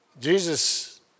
Jesus